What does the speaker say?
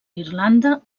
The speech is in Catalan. irlanda